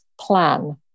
Plan